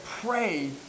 pray